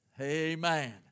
Amen